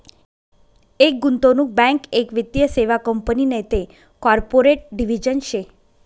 एक गुंतवणूक बँक एक वित्तीय सेवा कंपनी नैते कॉर्पोरेट डिव्हिजन शे